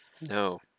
No